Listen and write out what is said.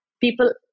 People